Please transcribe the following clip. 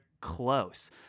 close